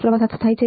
પ્રવાહ થાય છે